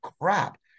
crap